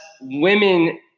women